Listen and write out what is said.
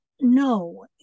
No